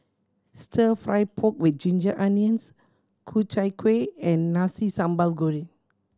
Stir Fry pork with ginger onions Ku Chai Kueh and Nasi Sambal Goreng